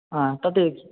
आ तत्